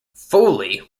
foley